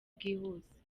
bwihuse